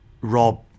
Rob